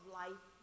life